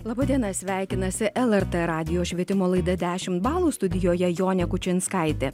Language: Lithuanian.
laba diena sveikinasi el er t radijo švietimo laida dešimt balų studijoje jonė kučinskaitė